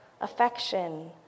affection